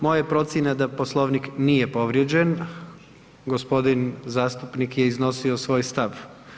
Moja je procjena da Poslovnik nije povrijeđen, gospodin zastupnik je iznosio svoj stav.